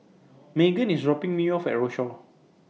Meghann IS dropping Me off At Rochor